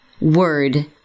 word